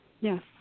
yes